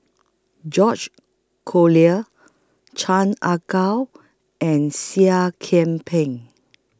George Collyer Chan Ah Kow and Seah Kian Peng